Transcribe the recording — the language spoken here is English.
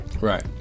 right